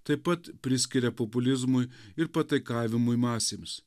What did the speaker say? taip pat priskiria populizmui ir pataikavimui masėms